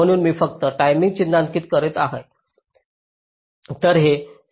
म्हणून मी फक्त टाईमिंग चिन्हांकित करीत आहे